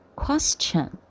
question